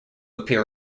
appear